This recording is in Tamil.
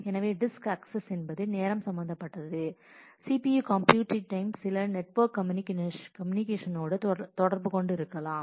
எனவே டிஸ்க் அக்சஸ் என்பது நேரம் சம்பந்தப்பட்டது CPU கம்ப்யூட்டிங் டைம்சில நெட்ஒர்க் கம்யூனிகேஷனநோடு கூட தொடர்பு கொண்டு இருக்கலாம்